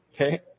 Okay